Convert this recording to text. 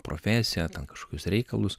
profesiją kažkokius reikalus